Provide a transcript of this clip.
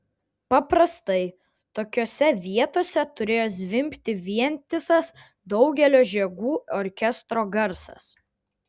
paprastai tokiose vietose turėjo zvimbti vientisas daugelio žiogų orkestro garsas